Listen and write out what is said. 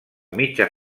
mitja